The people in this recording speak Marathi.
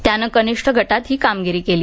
त्यानं कनिष्ठ गटात ही कामगिरी केली